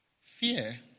fear